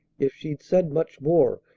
if she'd said much more,